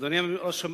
אדוני ראש הממשלה,